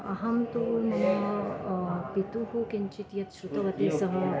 अहं तु मम पितुः किञ्चित् यत् श्रुतवती सह